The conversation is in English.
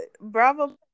Bravo